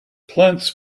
plants